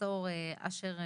פרופסור אשר בשירי,